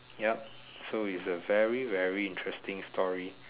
yup so it's a very very interesting story